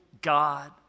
God